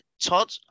Todd